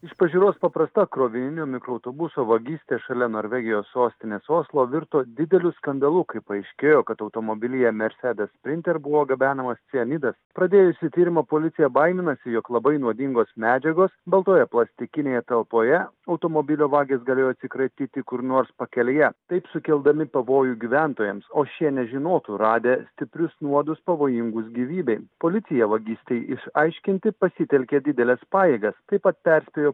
iš pažiūros paprasta krovininio mikroautobuso vagystė šalia norvegijos sostinės oslo virto dideliu skandalu kai paaiškėjo kad automobilyje mersedes sprinter buvo gabenamas cianidas pradėjusi tyrimą policija baiminasi jog labai nuodingos medžiagos baltoje plastikinėje talpoje automobilio vagis galėjo atsikratyti kur nors pakelėje taip sukeldami pavojų gyventojams o šie nežinotų radę stiprius nuodus pavojingus gyvybei policija vagystei išaiškinti pasitelkė dideles pajėgas taip pat perspėjo